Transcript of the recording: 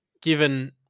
given